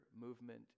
movement